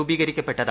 രൂപീകരിക്കപ്പെട്ടത്